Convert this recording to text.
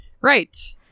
Right